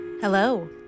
Hello